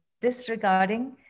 disregarding